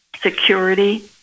security